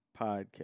podcast